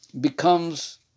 becomes